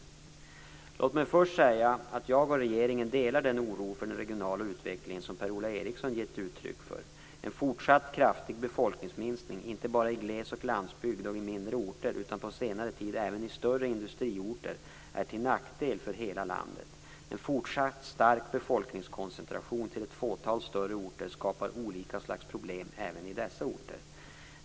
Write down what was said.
Låt mig först säga att jag och regeringen delar den oro för den regionala utvecklingen som Per-Ola Eriksson gett uttryck för. En fortsatt kraftig befolkningsminskning, inte bara i gles och landsbygd och mindre orter utan på senare tid även i större industriorter, är till nackdel för hela landet. En fortsatt stark befolkningskoncentration till ett fåtal större orter skapar olika slags problem även i dessa orter.